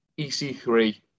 EC3